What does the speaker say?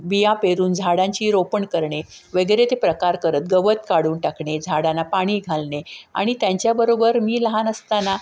बिया पेरून झाडांची रोपण करणे वगैरे ते प्रकार करत गवत काढून टाकणे झाडांना पाणी घालणे आणि त्यांच्याबरोबर मी लहान असताना